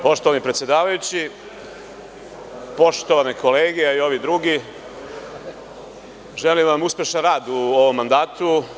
Poštovani predsedavajući, poštovane kolege, a i ovi drugi, želim vam uspešan rad u ovom mandatu.